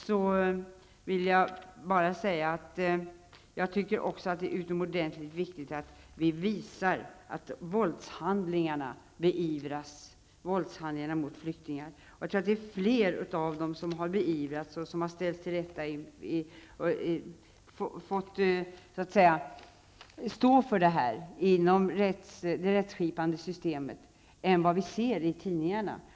Jag vill till sist säga att det är utomordentligt viktigt att vi visar att våldshandlingar mot flyktingar beivras. Jag tror att det är fler som blivit föremål för det rättsskipande systemet och ställts inför rätta för det de har gjort än vad som framgått av tidningarna.